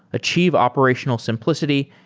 achieve operational simplicity,